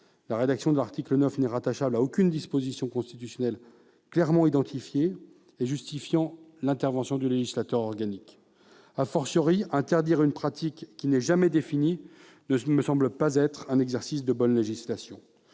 9, tel qu'il est rédigé, n'est rattachable à aucune disposition constitutionnelle clairement identifiée et justifiant l'intervention du législateur organique., interdire une pratique qui n'est jamais définie ne me semble pas être un exercice de bonne législation.